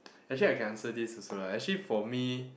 actually I can answer this also lah actually for me